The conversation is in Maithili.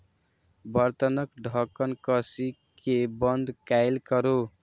बर्तनक ढक्कन कसि कें बंद कैल करू